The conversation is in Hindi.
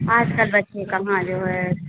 आजकल बच्चे कहाँ जो है